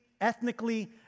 ethnically